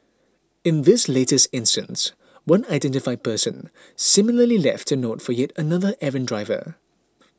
in this latest instance one unidentified person similarly left a note for yet another errant driver